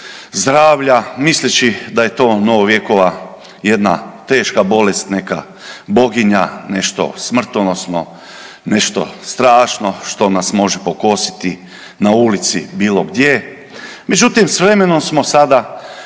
zdravlja misleći da je to novovjekova jedna teška bolest neka, boginja, nešto smrtonosno, nešto strašno što nas može pokositi na ulici, bilo gdje. Međutim, s vremenom smo sada